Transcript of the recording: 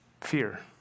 fear